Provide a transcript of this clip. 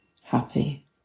happy